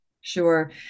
Sure